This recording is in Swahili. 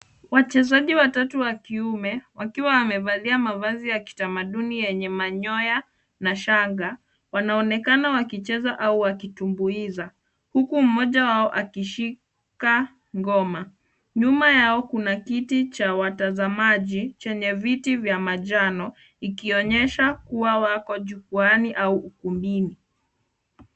Wachezaji watatu wa kiume wakiwa wamevalia mavazi ya kitamaduni yenye manyoya na shanga wanaonekana wakicheza au wakitumbuiza huku mmoja wao akishika ngoma. Nyuma yao kuna kiti cha watazamaji chenye viti vya manjano ikionyesha kuwa wako jukwaani au ukumbini.